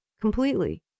completely